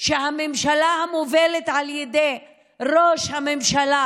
שבו הממשלה המובלת על ידי ראש הממשלה